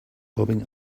bobbing